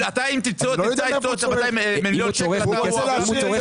אם הוא צורך